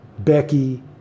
becky